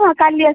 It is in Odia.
ହଁ କାଲି ଆସିବି